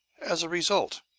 as a result,